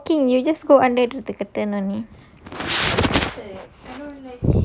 n~ not working you just go under the curtain only